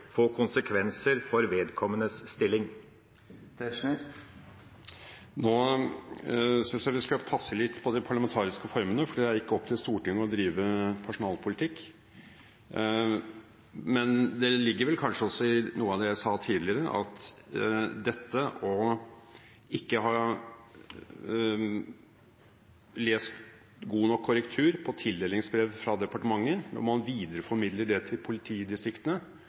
få konsekvenser for vedkommendes stilling? Nå synes jeg vi skal passe litt på de parlamentariske formene, for det er ikke opp til Stortinget å drive personalpolitikk. Men det ligger vel kanskje også i noe av det jeg sa tidligere, at ikke å ha lest godt nok korrektur på tildelingsbrevet fra departementet når man videreformidler det til politidistriktene